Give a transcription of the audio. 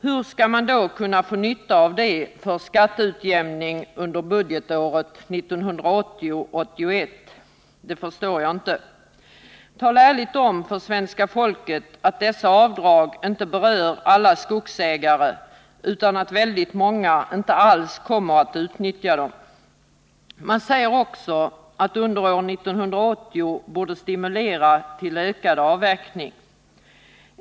Hur man skall kunna få nytta av det för skatteutjämning under budgetåret 1980/81 förstår jag inte. Tala ärligt om för svenska folket att dessa avdrag inte berör alla skogsägare utan att väldigt många inte alls kommer att utnyttja dem! Man säger också att det under 1980 borde stimuleras till ökad avverkning.